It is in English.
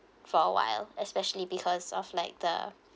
for awhile especially because of like the